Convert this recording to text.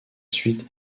suite